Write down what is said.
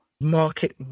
market